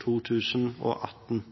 2018.